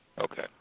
Okay